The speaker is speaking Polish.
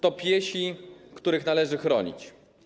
To piesi, których należy chronić.